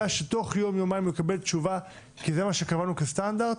שתוך יום-יומיים הוא יקבל תשובה כי זה מה שקבענו כסטנדרט,